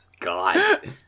God